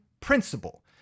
principle